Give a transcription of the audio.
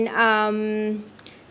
um